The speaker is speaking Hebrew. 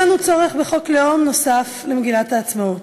אין לנו צורך בחוק לאום נוסף על מגילת העצמאות.